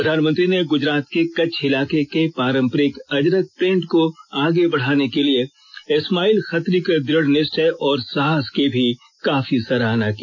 प्रधानमंत्री ने गुजरात के कच्छ इलाके के पारंपरिक अजरक प्रिंट को आगे बढ़ाने के लिए इस्माइल खत्री के दृढ निष्वय और साहस की भी काफी सराहना की